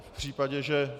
V případě, že...